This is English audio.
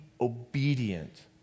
obedient